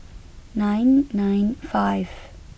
nine nine five